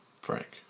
Frank